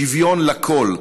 שוויון לכול,